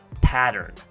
pattern